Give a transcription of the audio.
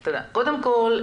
כל הדברים האלה מאוד מאוד